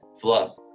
fluff